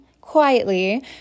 quietly